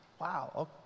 wow